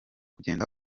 kugenda